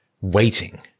waiting